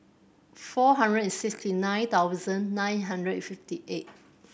four hundred and sixty nine thousand nine hundred and fifty eight